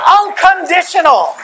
unconditional